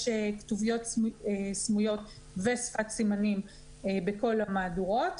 כתוביות סמויות ושפת סימנים בכל המהדורות,